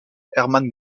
hermann